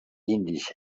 indis